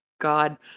God